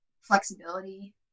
flexibility